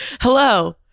Hello